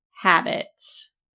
habits